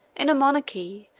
in a monarchy,